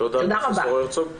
תודה, פרופ' הרצוג.